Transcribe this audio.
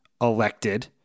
elected